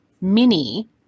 mini